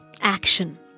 Action